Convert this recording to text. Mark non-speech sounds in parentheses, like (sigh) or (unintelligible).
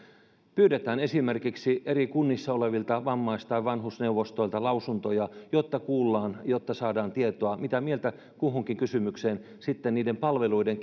pyydetään esimerkiksi eri kunnissa olevilta vammais tai vanhusneuvostoilta lausuntoja jotta kuullaan jotta saadaan tietoa mitä mieltä kustakin kysymyksestä sitten niiden palveluiden (unintelligible)